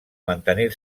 mantenir